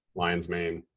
lion's mane,